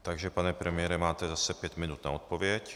Takže pane premiére, máte zase pět minut na odpověď.